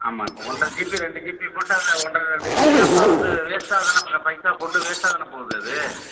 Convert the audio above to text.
ஆமாம் இப்போ ஒன்றரை ஜிபி ரெண்டு ஜிபி போட்டால் ஒன்றரை ரெண்டு ஜிபி நம்ம வந்து வேஸ்ட்டாக தானே இப்போ பைசா போட்டு வேஸ்ட்டாக தானே போகுது அது